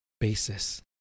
basis